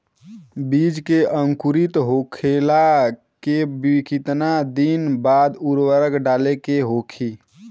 बिज के अंकुरित होखेला के कितना दिन बाद उर्वरक डाले के होखि?